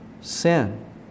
sin